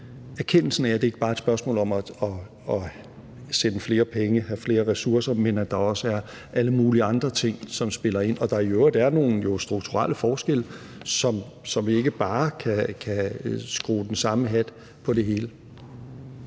erkendelsen af, at det ikke bare er et spørgsmål om at sende flere penge, have flere ressourcer, men at der også er alle mulige andre ting, som spiller ind, og at der jo i øvrigt er nogle strukturelle forskelle, hvor vi ikke bare kan skrue det hele ned under samme